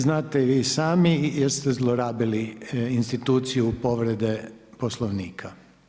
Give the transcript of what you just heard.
Znate i vi sami jer ste zlorabili instituciju povrede Poslovnika.